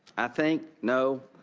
i think no,